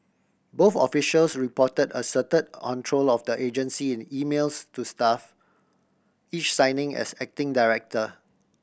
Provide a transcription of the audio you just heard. both officials report assert control of the agency in emails to staff each signing as acting director